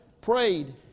prayed